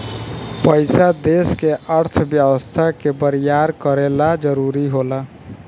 पइसा देश के अर्थव्यवस्था के बरियार करे ला जरुरी होला